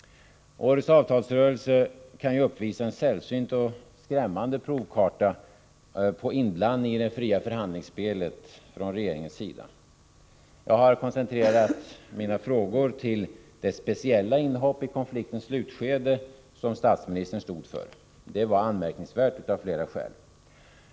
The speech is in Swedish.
Årets avtalsrörelse kan ju uppvisa en sällsynt och skrämmande provkarta på inblandning i det fria förhandlingsspelet från regeringens sida. Jag har koncentrerat mina frågor till det speciella inhopp i konfliktens slutskede som statsministern stod för. Det var anmärkningsvärt av flera skäl.